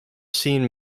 seen